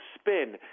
spin